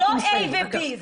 זה לא A ו-B,